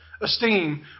esteem